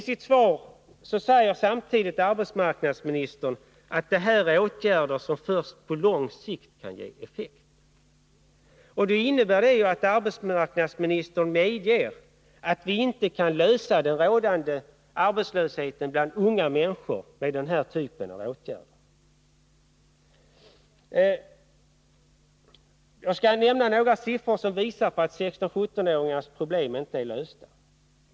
Men samtidigt sade han att detta är åtgärder som först på lång sikt får effekt. Det innebär ju att arbetsmarknadsministern medger att vi inte kan motverka den rådande Låt mig med några siffror visa att problemen för 16-17-åringarna inte är lösta.